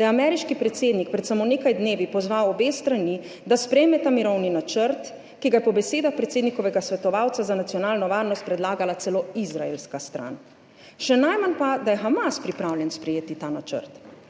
da je ameriški predsednik pred samo nekaj dnevi pozval obe strani, da sprejmeta mirovni načrt, ki ga je po besedah predsednikovega svetovalca za nacionalno varnost predlagala celo izraelska stran. Še najmanj pa, da je Hamas pripravljen sprejeti ta načrt.